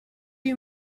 you